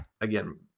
again